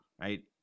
right